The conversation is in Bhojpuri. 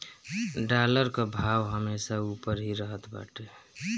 डॉलर कअ भाव हमेशा उपर ही रहत बाटे